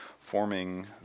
forming